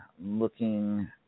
looking